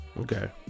Okay